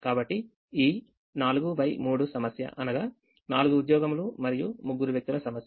కాబట్టి ఈ 4 x 3 సమస్య అనగా నాలుగు ఉద్యోగములు మరియు ముగ్గురు వ్యక్తుల సమస్య